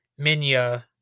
Minya